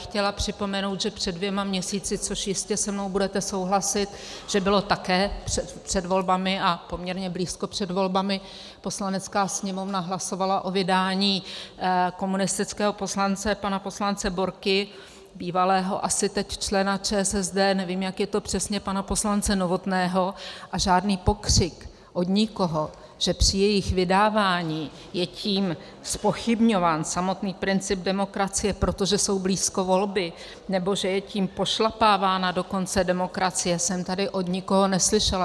Chtěla bych připomenout, že před dvěma měsíci, což jistě se mnou budete souhlasit, že bylo také před volbami a poměrně blízko před volbami, Poslanecká sněmovna hlasovala o vydání komunistického poslance, pana poslance Borky, bývalého asi teď člena ČSSD, nevím, jak je to přesně, pana poslance Novotného, a žádný pokřik od nikoho, že při jejich vydávání je tím zpochybňován samotný princip demokracie, protože jsou blízko volby, nebo že je tím pošlapávána dokonce demokracie, jsem tady od nikoho neslyšela.